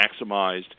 maximized